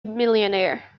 millionaire